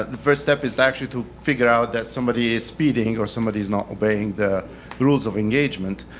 ah the first step is actually to figure out that somebody is speeding or somebody is not obeying the the rules of engagement.